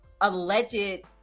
alleged